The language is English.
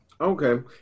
Okay